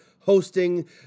hosting